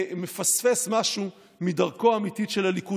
ומפספס משהו מדרכו האמיתית של הליכוד?